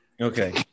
Okay